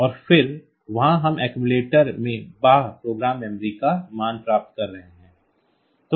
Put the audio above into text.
और फिर वहाँ हम अक्सुमुलेटर A में बाह्य प्रोग्राम मेमोरी का मान प्राप्त कर रहे हैं